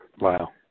Wow